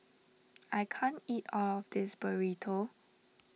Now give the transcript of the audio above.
I can't eat all of this Burrito